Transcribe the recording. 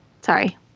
sorry